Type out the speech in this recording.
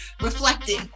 reflecting